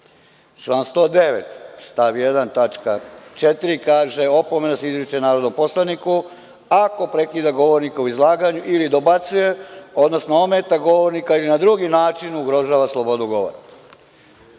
1. tačka 4) kaže: „Opomena se izriče narodnom poslaniku ako prekida govornika u izlaganju ili dobacuje, odnosno ometa govornika ili na drugi način ugrožava slobodu govora.“Ceo